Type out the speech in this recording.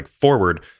forward